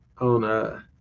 on